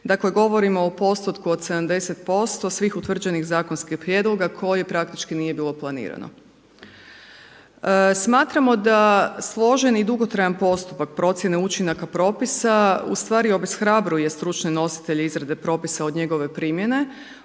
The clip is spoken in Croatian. Dakle govorimo o postotku od 70% svih utvrđenih zakonskih prijedloga kojih praktički nije bilo planirano. Smatramo da složen i dugotrajan postupak procjene učinaka propisa ustvari obeshrabruje stručne nositelje izrade propisa od njegove primjene.